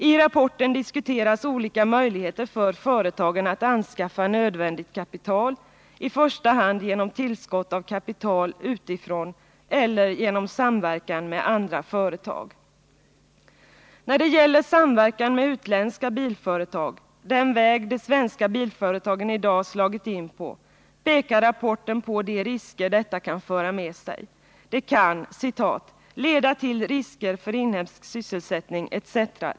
I rapporten diskuteras olika möjligheter för företagen att anskaffa nödvändigt kapital, i första hand genom tillskott av kapital utifrån eller genom samverkan med andra företag. När det gäller samverkan med utländska bilföretag, den väg de svenska bilföretagen i dag har slagit in på, pekar rapporten på de risker detta kan föra med sig. Den kan ”leda till risker för inhemsk sysselsättning etc.